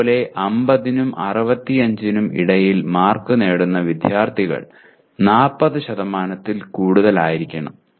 അതുപോലെ 50 നും 65 നും ഇടയിൽ മാർക്ക് നേടുന്ന വിദ്യാർത്ഥികൾ 40ൽ കൂടുതൽ ആയിരിക്കണം